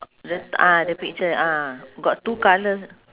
the ah the picture ah got two colour